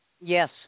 Yes